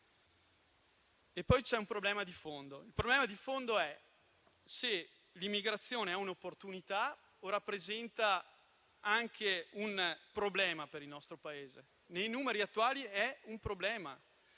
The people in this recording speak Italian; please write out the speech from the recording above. Vi è poi un problema di fondo: l'immigrazione è un'opportunità o rappresenta anche un problema per il nostro Paese? Con i numeri attuali è un problema.